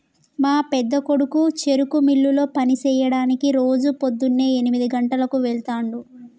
మా పెద్దకొడుకు చెరుకు మిల్లులో పని సెయ్యడానికి రోజు పోద్దున్నే ఎనిమిది గంటలకు వెళ్తుండు